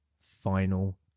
final